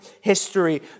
history